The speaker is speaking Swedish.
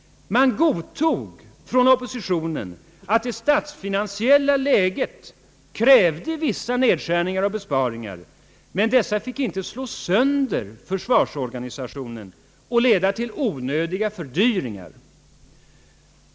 Man godtog från oppositionen att det statsfinansiella läget krävde vissa nedskärningar, men dessa fick inte slå sönder försvarsorganisationen och leda till onödiga fördyringar.